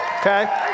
Okay